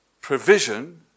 provision